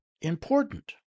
important